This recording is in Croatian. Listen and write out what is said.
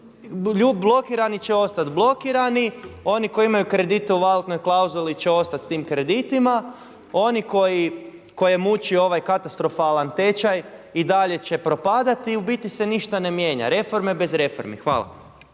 Blokirani će ostat blokirani, oni koji imaju kredite u valutnoj klauzuli će ostat s tim kreditima, oni koje muči ovaj katastrofalan tečaj i dalje će propadati i u biti se ništa ne mijenja reforme bez reformi. Hvala.